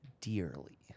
dearly